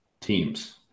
teams